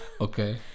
okay